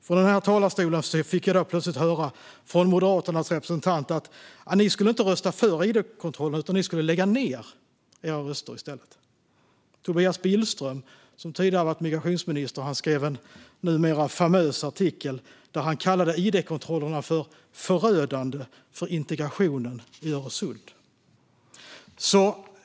Från talarstolen här fick jag då plötsligt höra från Moderaternas representant att ni inte skulle rösta för id-kontrollerna, utan ni skulle i stället lägga ned era röster. Tobias Billström, som tidigare har varit migrationsminister, skrev en numera famös artikel där han kallade idkontrollerna för förödande för integrationen i Öresund.